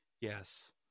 yes